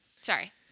Sorry